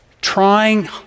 Trying